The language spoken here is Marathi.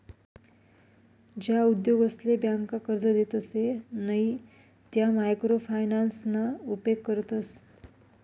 ज्या उद्योगसले ब्यांका कर्जे देतसे नयी त्या मायक्रो फायनान्सना उपेग करतस